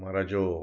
हमारा जो